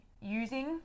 using